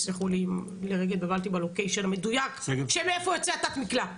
תסלחו לי אם לרגע התבלבלתי בלוקיישן המדויק של מאיפה יוצא תת המקלע.